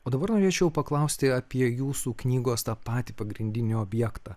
o dabar norėčiau paklausti apie jūsų knygos tą patį pagrindinį objektą